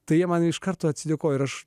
tai jie man iš karto atsiliko ir aš